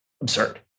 absurd